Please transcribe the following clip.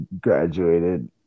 graduated